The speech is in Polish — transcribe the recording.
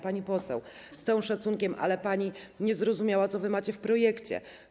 Pani poseł, z całym szacunkiem, ale pani nie zrozumiała, co wy macie w projekcie.